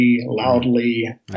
loudly